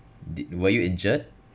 did were you injured